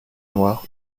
noire